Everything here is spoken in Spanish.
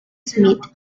smith